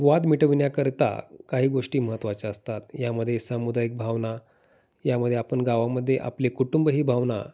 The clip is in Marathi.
वाद मिटविण्याकरिता काही गोष्टी महत्त्वाच्या असतात यामध्येे सामुदायिक भावना यामध्ये आपण गावामध्येे आपले कुटुंब ही भावना